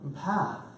path